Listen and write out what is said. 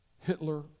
Hitler